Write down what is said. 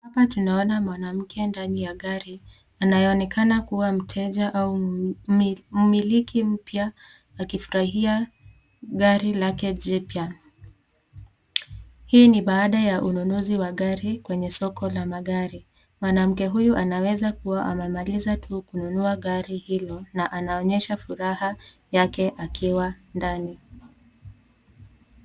Hapa tunawona mawanamke ndani ya gari, anayeonekana kuwa mteja au miliki mpya akifurahia gari lake jipya. Hii ni baada ya ununuzi wa gari kwenye soko la magari. Mawanamke huyu anaweza kuwa amemaliza tu kununua gari hilo na anaonyesha furaha yake akiwa ndani.